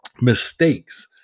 mistakes